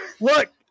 look